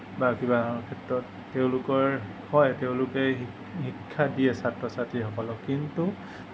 বা কিবা ক্ষেত্ৰত তেওঁলোকৰ হয় তেওঁলোকে শিক্ষা দিয়ে ছাত্ৰ ছাত্ৰীসকলক কিন্তু